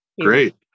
Great